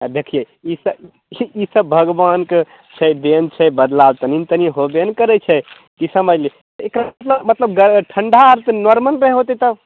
आ देखियै ई स ई सब भगबानके छै देन छै बदलाव तनी ने तनी होबे ने करै छै की समझलियै एकर एकर मतलब गरम ठण्डा आर तऽ नार्मलमे होतै तब